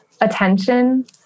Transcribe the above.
attention